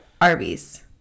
Arby's